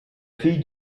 fille